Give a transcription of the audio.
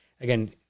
again